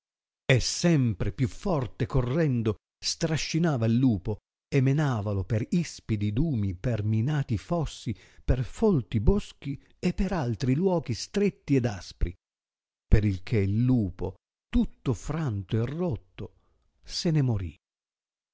e sempre più forte correndo strascinava il lupo e menavalo per ispidi dumi per minati fossi per folti boschi e per altri luochi stretti ed aspri per il che il lupo tutto franto e rotto se ne morì